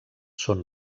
són